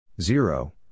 zero